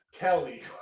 Kelly